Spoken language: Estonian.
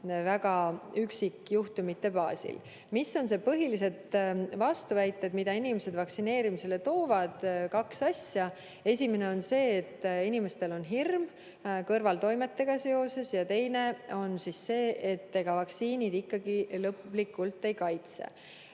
üksikjuhtumite baasil. Mis on põhilised vastuväited, mida inimesed vaktsineerimisele toovad? Kaks asja. Esimene on see, et inimestel on hirm kõrvaltoimetega seoses, ja teine on see, et ega vaktsiinid ikkagi lõplikult ei kaitse.